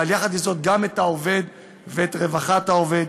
אבל יחד עם זאת גם את העובד ואת רווחת העובד.